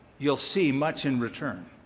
you'll see much in return.